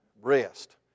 rest